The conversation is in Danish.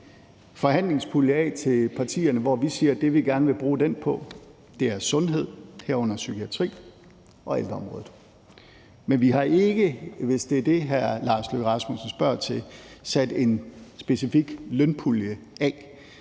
forhandlingspulje til partierne. Vi siger, at det, vi gerne vil bruge den pulje til, er sundhed, herunder psykiatrien, og ældreområdet. Men vi har ikke – hvis det er det, hr. Lars Løkke Rasmussen spørger til – afsat en specifik lønpulje.